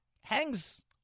hangs